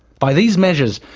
by these measures,